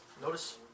Notice